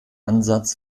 ansatz